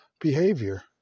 behavior